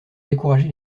découragé